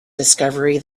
discovery